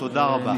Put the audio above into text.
תודה רבה.